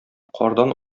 кардан